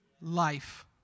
life